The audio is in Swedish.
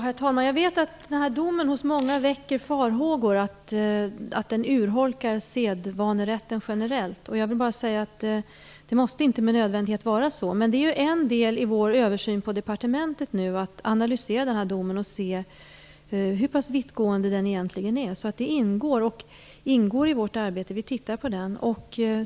Herr talman! Jag vet att denna dom väcker farhågor hos många. Man är rädd att den skall urholka sedvanerätten generellt. Jag vill bara säga att det inte måste vara så med nödvändighet. En del i vår översyn på departementet är att analysera domen och ta reda på hur pass vittgående den egentligen är. Det ingår alltså i vårt arbete att titta på den.